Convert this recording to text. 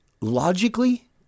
logically